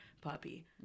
puppy